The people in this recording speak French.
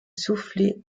soufflé